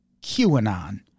QAnon